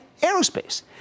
aerospace